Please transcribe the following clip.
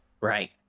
Right